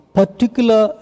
particular